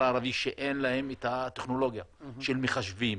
הערבי שאין להם את הטכנולוגיה של מחשבים.